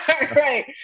Right